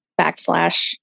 backslash